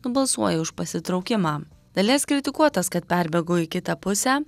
nubalsuoja už pasitraukimą dalies kritikuotas kad perbėgo į kitą pusę